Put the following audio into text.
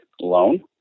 loan